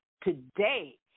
today